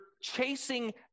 chasing